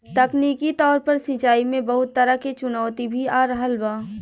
तकनीकी तौर पर सिंचाई में बहुत तरह के चुनौती भी आ रहल बा